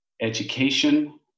education